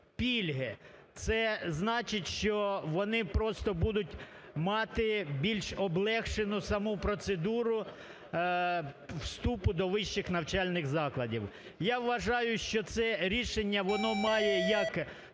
Це значить, що вони просто будуть мати більш облегшену саму процедуру вступу до вищих навчальних закладів. Я вважаю, що це рішення воно має як